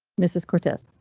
mrs cortez.